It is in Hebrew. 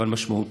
אבל משמעותי: